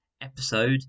episode